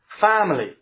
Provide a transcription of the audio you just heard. family